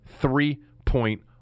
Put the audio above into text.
three-point